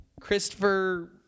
Christopher